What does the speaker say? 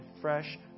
fresh